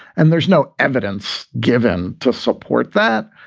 and there's no evidence given to support that.